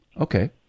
Okay